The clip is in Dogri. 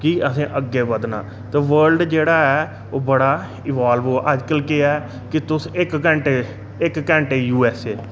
कि असें अग्गै बधना ते वर्ल्ड